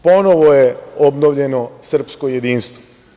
Ponovo je obnovljeno srpsko jedinstvo.